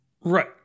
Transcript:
Right